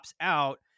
out